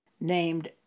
named